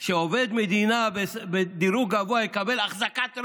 שעובד מדינה בדירוג גבוה יקבל אחזקת רכב,